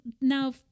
Now